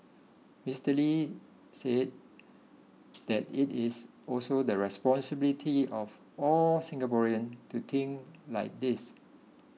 Mister Lee said that it is also the responsibility of all Singaporean to think like this